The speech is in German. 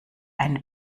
ein